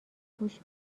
گوش